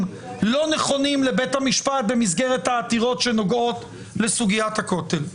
לא נכונים לבית המשפט במסגרת העתירות שנוגעות לסוגית הכותל.